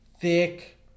thick